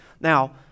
Now